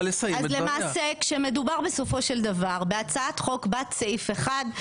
למעשה כאשר מדובר בסופו של דבר בהצעת חוק בת סעיף אחד,